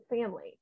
family